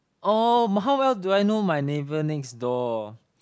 oh how well do I know my neighbour next door